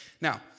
Now